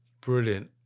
Brilliant